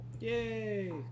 Yay